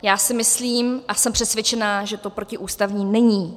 Já si myslím a jsem přesvědčená, že to protiústavní není.